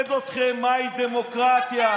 נלמד אתכם מהי דמוקרטיה.